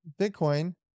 Bitcoin